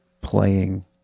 playing